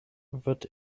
wird